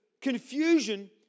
confusion